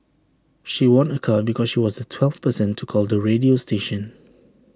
she won A car because she was the twelfth person to call the radio station